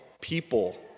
people